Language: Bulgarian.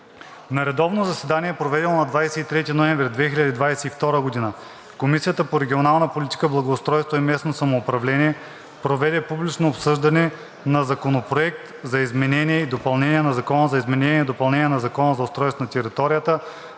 На редовно заседание, проведено на 23 ноември 2022 г. Комисията по регионална политика, благоустройство и местно самоуправление проведе публично обсъждане на Законопроект за изменение и допълнение на Закона за изменение и допълнение на Закона за устройство на територията,